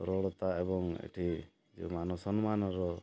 ସରଳତା ଏବଂ ଏଠି ଯେଉଁ ମାନ ସମ୍ମାନର